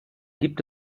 gibt